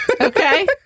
okay